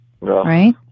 Right